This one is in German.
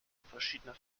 verschiedener